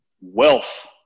wealth